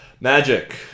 Magic